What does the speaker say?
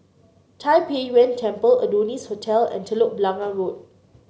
Tai Pei Yuen Temple Adonis Hotel and Telok Blangah Road